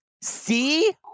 See